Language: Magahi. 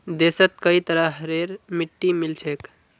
देशत कई तरहरेर मिट्टी मिल छेक